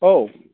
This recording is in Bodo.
औ